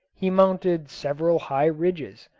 he mounted several high ridges,